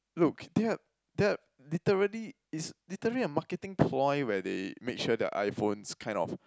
look they are they are literally is literally a marketing ploy where they make sure the iPhone is kind of